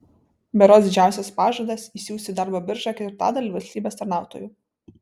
berods didžiausias pažadas išsiųsti į darbo biržą ketvirtadalį valstybės tarnautojų